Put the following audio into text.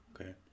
Okay